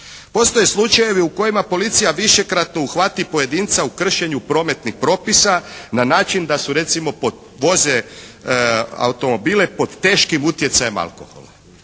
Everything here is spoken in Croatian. Postoje slučajevi u kojima policija višekratno uhvati pojedinca u kršenju prometnih propisa na način da recimo voze automobile pod teškim utjecajem alkohola.